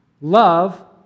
Love